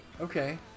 Okay